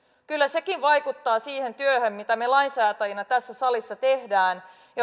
kyllä sekin vaikuttaa siihen työhön mitä me lainsäätäjinä tässä salissa teemme ja